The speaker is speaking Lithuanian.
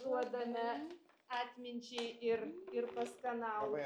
duodame atminčiai ir ir paskanaut